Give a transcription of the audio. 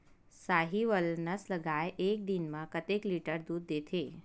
साहीवल नस्ल गाय एक दिन म कतेक लीटर दूध देथे?